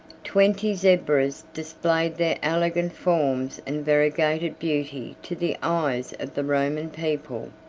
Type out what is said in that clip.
twenty zebras displayed their elegant forms and variegated beauty to the eyes of the roman people.